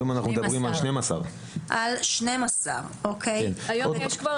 היום אנחנו מדברים על 12. היום יש כבר